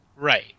Right